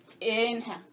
Inhale